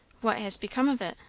what has become of it?